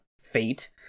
fate